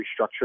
restructured